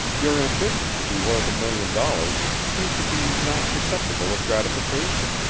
your ambition to be worth a million dollars seemed to be not susceptible of gratification.